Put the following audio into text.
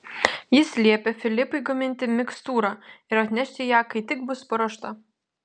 jis liepė filipui gaminti mikstūrą ir atnešti ją kai tik bus paruošta